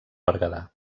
berguedà